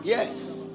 Yes